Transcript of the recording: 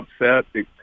upset